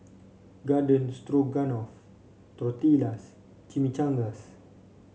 Garden Stroganoff Tortillas Chimichangas